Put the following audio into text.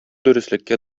дөреслеккә